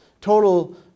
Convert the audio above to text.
Total